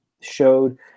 showed